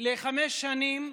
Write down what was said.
לחמש שנים,